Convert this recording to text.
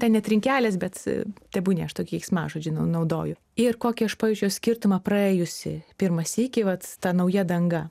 ten ne trinkelės bet tebūnie aš tą keiksmažodį naudoju ir kokį aš pavyzdžiui skirtumą praėjusį pirmą sykį vat ta nauja danga